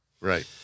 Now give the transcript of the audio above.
Right